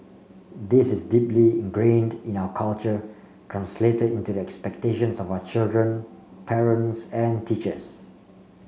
this is deeply ingrained in our culture translated into the expectations of our children parents and teachers